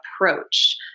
approach